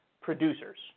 producers